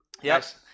Yes